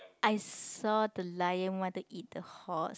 I saw the lion want to eat the horse